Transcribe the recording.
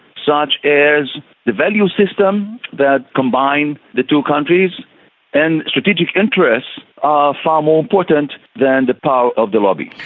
such as the value system that combined the two countries and strategic interests are far more important than the power of the lobby.